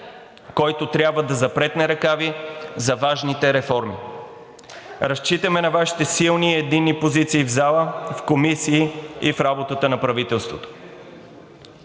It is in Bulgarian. който трябва да запретне ръкави за важните реформи. Разчитаме на Вашите силни и единни позиции в залата, в комисиите и в работата на правителството.